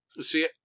See